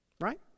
right